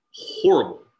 horrible